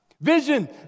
Vision